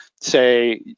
say